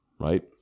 right